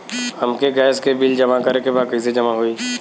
हमके गैस के बिल जमा करे के बा कैसे जमा होई?